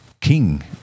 king